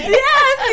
yes